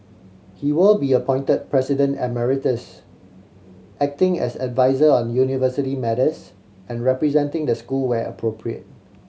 he will be appointed President Emeritus acting as adviser on university matters and representing the school where appropriate